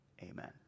Amen